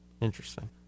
Interesting